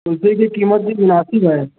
کلفی کی قیمت بھی مناسب ہے